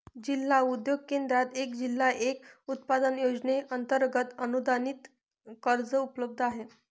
जिल्हा उद्योग केंद्रात एक जिल्हा एक उत्पादन योजनेअंतर्गत अनुदानित कर्ज उपलब्ध आहे